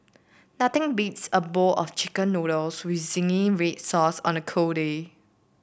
nothing beats a bowl of chicken noodles with zingy red sauce on a cold day